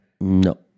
No